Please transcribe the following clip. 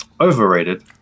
overrated